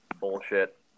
bullshit